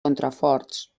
contraforts